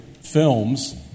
films